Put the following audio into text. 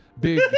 big